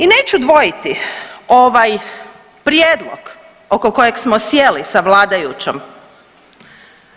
I neću dvojiti, ovaj prijedlog oko kojeg smo sjeli sa vladajućom